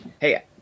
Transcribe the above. hey